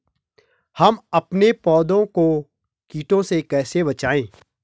हम अपने पौधों को कीटों से कैसे बचाएं?